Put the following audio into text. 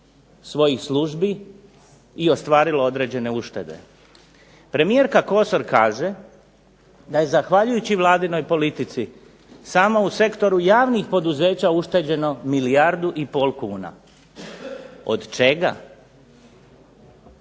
svojih službi i ostvarilo određene uštede. Premijerka Kosor kaže da je zahvaljujući Vladinoj politici samo u sektoru javnih poduzeća ušteđeno milijardu i pol kuna. Od čega?